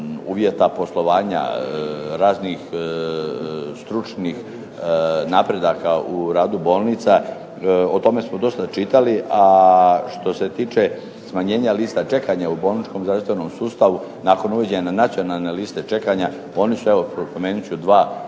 uvjeta poslovanja, raznih stručnih napredaka u radu bolnica, o tome smo dosta čitali. A što se tiče smanjenja lista čekanja u bolničkom zdravstvenom sustavu nakon uvođenja na nacionalne liste čekanja oni su evo, spomenut ću 2 detalja,